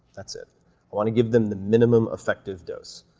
that's it. i wanna give them the minimum effective dose,